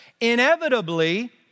inevitably